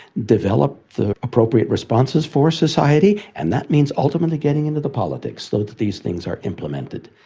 develop the appropriate responses for society, and that means ultimately getting into the politics so that these things are implemented.